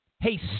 hey